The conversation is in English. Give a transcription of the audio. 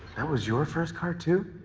that was your first car, too?